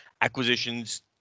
acquisitions